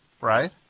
right